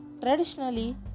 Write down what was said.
traditionally